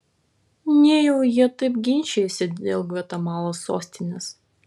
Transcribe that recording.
nejau jie taip ginčijasi dėl gvatemalos sostinės